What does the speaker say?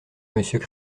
monsieur